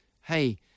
hey